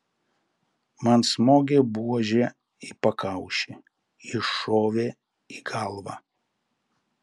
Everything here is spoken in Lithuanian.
man smogė buože į pakaušį iššovė į galvą